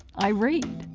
i read.